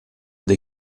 dei